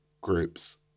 groups